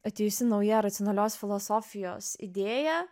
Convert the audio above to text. atėjusi nauja racionalios filosofijos idėja